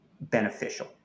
beneficial